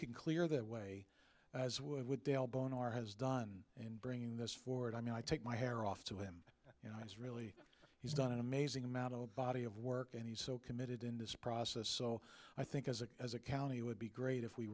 can clear that way as would dale born or has done in bringing this forward i mean i take my hair off to him you know it's really he's done an amazing amount of body of work and he's so committed in this process so i think as a as a county would be great if we